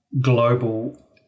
global